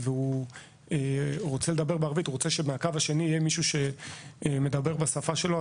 הוא רוצה שמעבר לקו יהיה מישהו שמדבר בשפה שלו.